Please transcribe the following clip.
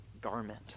garment